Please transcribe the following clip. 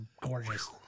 gorgeous